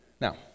Now